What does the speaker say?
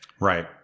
Right